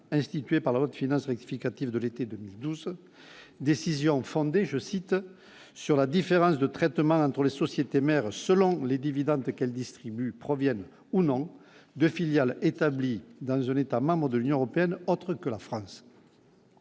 instituée par la haute finance rectificative de l'été 2012 décision fondée je cite sur la différence de traitement entre les sociétés mères selon les dividendes qu'elles distribuent proviennent ou non de filiales établies dans les zones États-membres de l'Union européenne autres que la France